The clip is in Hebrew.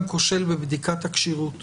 כושל בבדיקת הכשירות